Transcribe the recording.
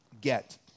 get